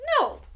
no